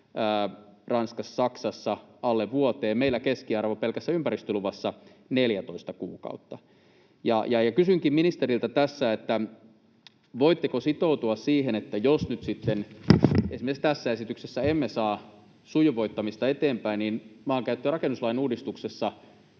Ranskassa ja Saksassa alle vuoden. Meillä keskiarvo pelkässä ympäristöluvassa on 14 kuukautta. Kysynkin ministeriltä tässä: Voitteko sitoutua siihen, että jos nyt sitten esimerkiksi tässä esityksessä emme saa sujuvoittamista eteenpäin, niin maankäyttö- ja rakennuslain uudistuksessa